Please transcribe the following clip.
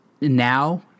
now